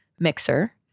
Mixer